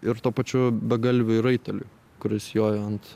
ir tuo pačiu begalviui raiteliui kuris joja ant